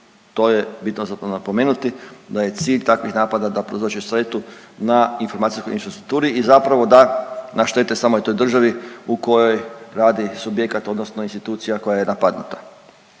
To je bitno za napomenuti da je cilj takvih napada da prouzroče štetu na informacijskoj infrastrukturi i zapravo da naštete samoj toj državi u kojoj radi subjekat odnosno institucija koja je napadnuta.